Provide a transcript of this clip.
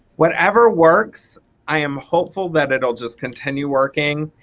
whatever works i am hopeful that it'll just continue working.